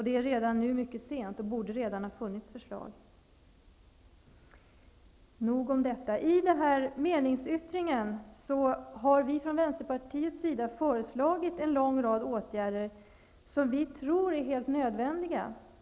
Det är redan nu mycket sent. Det borde redan ha funnits förslag. Nog om detta. I meningsyttringen har vi från Vänsterpartiet föreslagit en lång rad åtgärder som vi tror är helt nödvändiga.